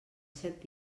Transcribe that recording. set